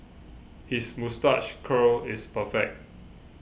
his moustache curl is perfect